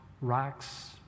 rocks